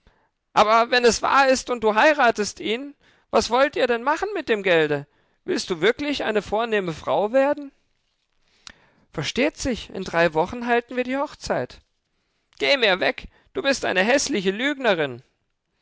aber wenn es wahr ist und du heiratest ihn was wollt ihr denn machen mit dem gelde willst du wirklich eine vornehme frau werden versteht sich in drei wochen halten wir die hochzeit geh mir weg du bist eine häßliche lügnerin